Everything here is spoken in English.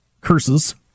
curses